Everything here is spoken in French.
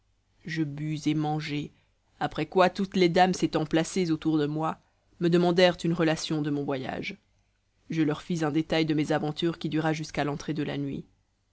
je bus et mangeai après quoi toutes les dames s'étant placées autour de moi me demandèrent une relation de mon voyage je leur fis un détail de mes aventures qui dura jusqu'à l'entrée de la nuit